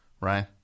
right